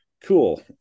cool